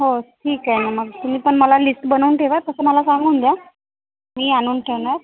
हो ठीक आहे ना मग तुम्ही मला लिस्ट बनवून ठेवा तसं मला सांगून द्या मी आणून ठेवणार